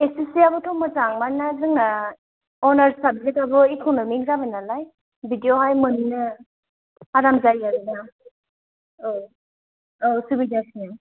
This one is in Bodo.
एस एस सि आबोथ मोजां मानोना जोंना अनारस साबजेक्टआबो एइकनमिक जाबाय नालाय बिदियावहाय मोन्नो आराम जायो आरोना औ औ सुबिदासिन